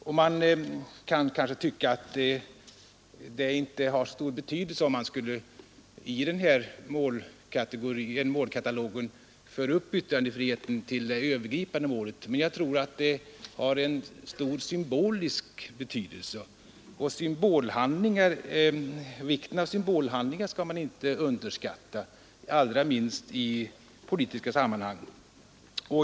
Man kan kanske ha den uppfattningen att det inte har så stor betydelse om man i den här målkatalogen skulle föra upp yttrandefriheten till det övergripande målet. Men jag tror att det har en stor symbolisk betydelse, och vikten av symbolhandlingar skall man inte underskatta — allra minst i politiska sammanhang.